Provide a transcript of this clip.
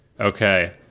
Okay